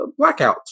blackouts